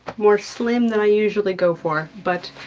more slim than i usually go for, but